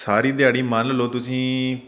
ਸਾਰੀ ਦਿਹਾੜੀ ਮੰਨ ਲਓ ਤੁਸੀਂ